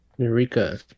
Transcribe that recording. Eureka